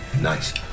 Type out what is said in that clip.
Nice